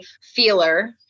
feeler